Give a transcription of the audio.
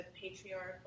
patriarchal